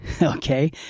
Okay